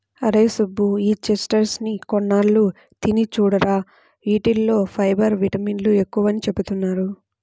అరేయ్ సుబ్బు, ఈ చెస్ట్నట్స్ ని కొన్నాళ్ళు తిని చూడురా, యీటిల్లో ఫైబర్, విటమిన్లు ఎక్కువని చెబుతున్నారు